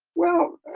well,